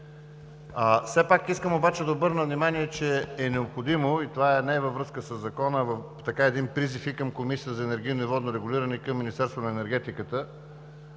Искам обаче да обърна внимание, че е необходимо – и това не е във връзка със Закона, а призив и към Комисията за енергийно и водно регулиране, и към Министерството на енергетиката,